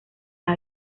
las